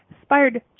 Inspired